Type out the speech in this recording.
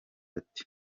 ati